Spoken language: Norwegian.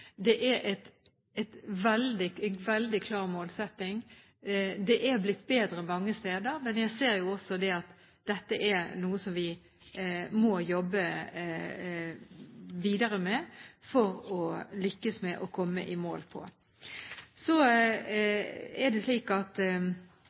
Det er en veldig klar målsetting. Det er blitt bedre mange steder, men jeg ser jo at dette er noe som vi må jobbe videre med om vi skal lykkes med å komme i mål.